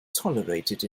tolerated